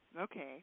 Okay